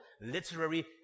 literary